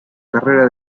carrera